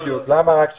בדיוק, למה רק שישה?